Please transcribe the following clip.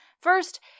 First